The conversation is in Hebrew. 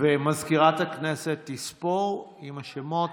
ומזכירת הכנסת תספור עם השמות.